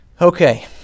Okay